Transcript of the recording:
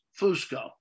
Fusco